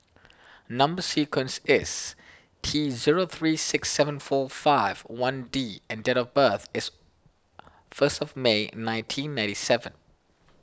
Number Sequence is T zero three six seven four five one D and date of birth is first of May nineteen ninety seven